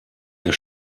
der